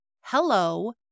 hello